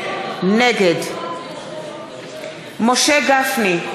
נגד משה גפני,